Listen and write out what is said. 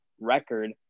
record